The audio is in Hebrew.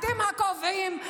אתם הקובעים,